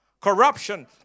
Corruption